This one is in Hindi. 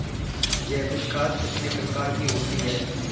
जैविक खाद कितने प्रकार की होती हैं?